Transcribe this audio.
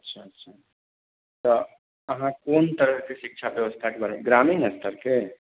अच्छा अच्छा तऽ अहाँ कोन तरहकेँ शिक्षा व्यवस्थाके बारेमे ग्रामीण स्तरके